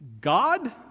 God